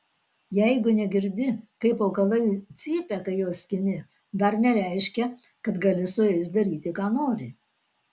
jeigu negirdi kaip augalai cypia kai juos skini dar nereiškia kad gali su jais daryti ką nori